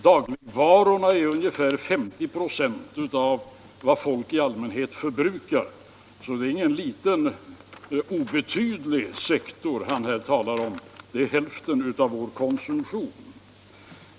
Dagligvarorna är ungefär 50 96 av vad folk i allmänhet förbrukar, så det är ingen liten obetydlig sektor han här talar om; det är hälften av vår konsumtion.